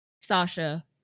Sasha